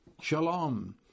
shalom